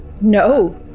No